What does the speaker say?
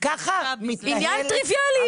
זה עניין טריוויאלי,